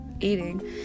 eating